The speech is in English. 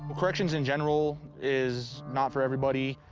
corrections in general is not for everybody.